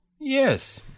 Yes